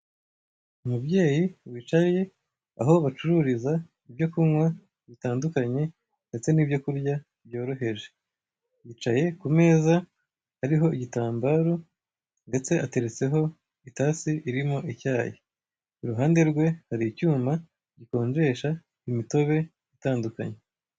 Umubyeyi wicaye aho bacururiza ibyo kunywa bitandukanye ndetse n'ibyo kurya byoroheje, yicaye ku meza ariho igitambaro ndetse ateretseho itasi iriho icyayi, iruhande rwe hari icyuma gikonjesha imitobe itandukanye.